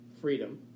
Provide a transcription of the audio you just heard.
freedom